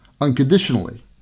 unconditionally